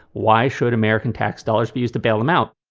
why should american tax dollars be used to bail them out?